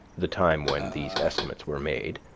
the time when these estimates were made,